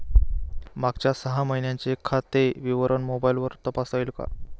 मागच्या सहा महिन्यांचे खाते विवरण मोबाइलवर तपासता येईल का?